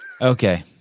Okay